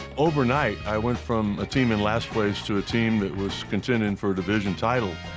overnight, i went from a team in last place to a team that was contending for a division title.